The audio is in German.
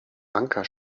anker